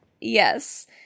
yes